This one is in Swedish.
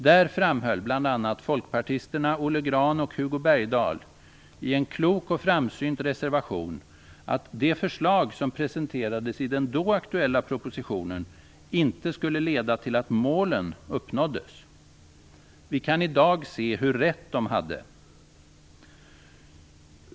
Där framhåller bl.a. folkpartisterna Olle Grahn och Hugo Bergdahl i en klok och framsynt reservation att de förslag som presenterades i den då aktuella propositionen inte skulle leda till att målen uppnåddes. Vi kan se i dag hur rätt de hade.